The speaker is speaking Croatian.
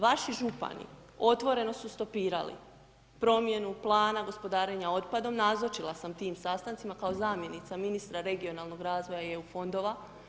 Vaši župani otvoreno su stopirali promjenu Plana gospodarenja otpadom, nazočila sam ti sastancima kao zamjenica ministra regionalnog razvoja EU fondova.